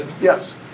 Yes